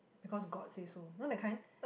because god say so know that kind